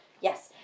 yes